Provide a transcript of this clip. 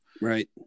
Right